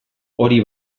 hori